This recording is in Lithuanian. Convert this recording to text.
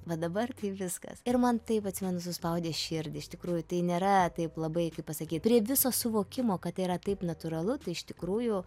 va dabar tai viskas ir man taip atsimenu suspaudė širdį iš tikrųjų tai nėra taip labai kaip pasakyt prie viso suvokimo kad tai yra taip natūralu tai iš tikrųjų